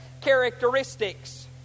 characteristics